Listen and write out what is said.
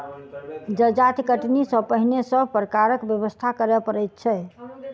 जजाति कटनी सॅ पहिने सभ प्रकारक व्यवस्था करय पड़ैत छै